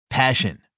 passion